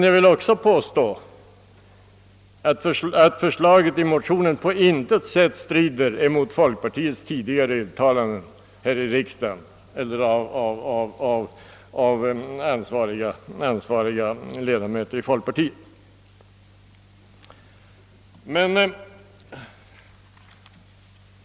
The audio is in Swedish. Jag vill också påstå att förslaget i vår motion på intet sätt strider mot folkpartiets tidigare uttalanden här i riksdagen eller av ansvariga ledamöter i folkpartiet.